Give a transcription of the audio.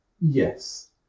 Yes